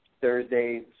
Thursday